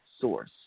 source